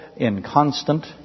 inconstant